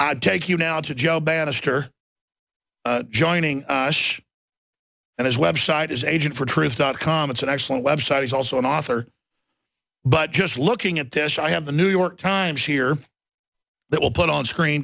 bannister joining us and his web site is agent for truth dot com it's an excellent web site he's also an author but just looking at this i have the new york times here that will put on screen